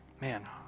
man